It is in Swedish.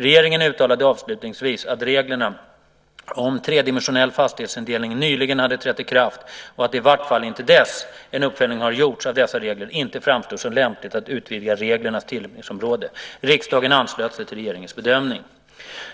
Regeringen uttalade avslutningsvis att reglerna om tredimensionell fastighetsindelning nyligen hade trätt i kraft och att det i vart fall intill dess en uppföljning har gjorts av dessa regler inte framstod som lämpligt att utvidga reglernas tillämpningsområde. Riksdagen anslöt sig till regeringens bedömning .